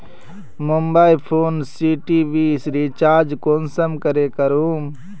Mobile phone से TV recharge कुंसम करे करूम?